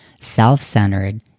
self-centered